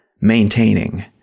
maintaining